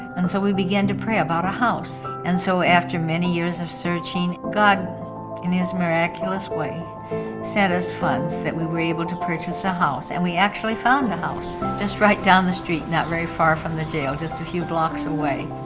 and so we began to pray about a house, and so after many years of searching god in his miraculous way sent us funds that we were able to purchase a house. and we actually found a house just right down the street. not very far from the jail. just a few blocks away.